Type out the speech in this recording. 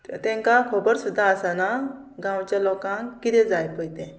तांकां खबर सुद्दां आसना गांवच्या लोकांक कितें जाय पय तें